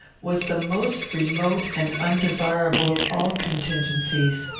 was the most remote and undesirable of all contingencies.